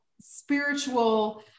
spiritual